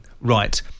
right